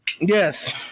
Yes